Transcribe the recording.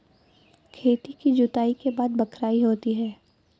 खेती की जुताई के बाद बख्राई होती हैं?